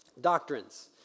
doctrines